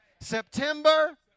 September